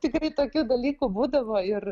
tikrai tokių dalykų būdavo ir